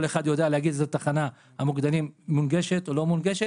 כל אחד מהמוקדנים יודע להגיד איזו תחנה מונגשת או לא מונגשת,